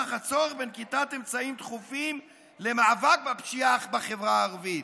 נוכח הצורך בנקיטת אמצעים דחופים למאבק בפשיעה בחברה הערבית".